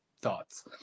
thoughts